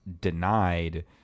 denied